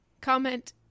comment